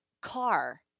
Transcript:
car